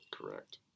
Correct